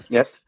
Yes